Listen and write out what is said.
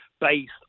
based